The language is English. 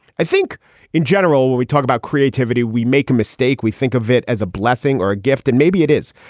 i think in general, when we talk about creativity, we make a mistake. we think of it as a blessing or a gift. and maybe it is.